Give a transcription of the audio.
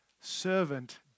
servant